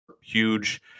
huge